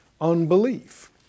unbelief